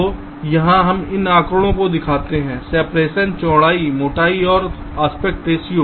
तो यहां हम इन आंकड़ों को दिखाते हैं सिपरेशन चौड़ाई मोटाई और एस्पेक्ट रेशों